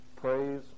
praise